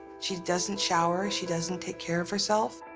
she doesn't shower, she doesn't take care of herself.